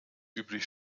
üblich